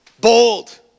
Bold